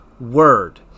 word